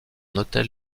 hôtel